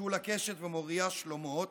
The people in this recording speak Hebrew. שולה קשת ומוריה שלומות,